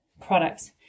products